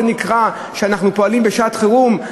זה נקרא שאנחנו פועלים בשעת-חירום?